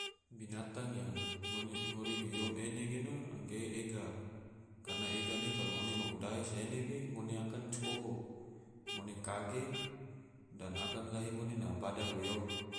Binatang yang ngori goyom ene gena, ge ega, karna ega ne kalo ngone maku dahe se ene ge ngone cikoho ngone kage dan akan ngone na bada goyom